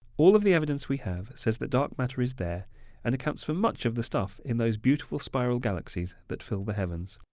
all of the evidence we have says that dark matter is there and it accounts for much of the stuff in those beautiful spiral galaxies that fill the heavens.